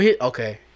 okay